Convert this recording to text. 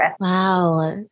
Wow